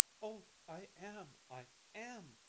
oh, i am! i am!